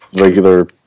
regular